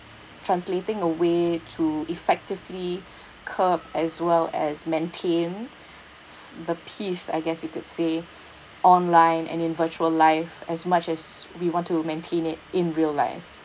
translating a way to effectively curb as well as maintains the peace I guess you could say online and in virtual life as much as we want to maintain it in real life